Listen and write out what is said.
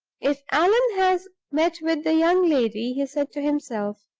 if allan has met with the young lady, he said to himself,